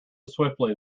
swiftly